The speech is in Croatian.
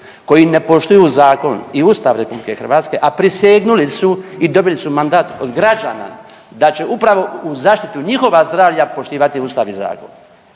koji ne poštuju zakon i Ustav RH, a prisegnuli su i dobili su mandat od građana da će upravo u zaštitu njihova zdravlja poštivati ustav i zakon.